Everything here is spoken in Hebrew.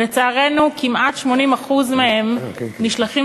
לצערנו, כמעט 80% מהם נשלחים